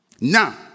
now